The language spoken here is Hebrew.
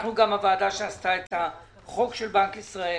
אנחנו גם הוועדה שחוקקה את החוק של בנק ישראל.